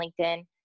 LinkedIn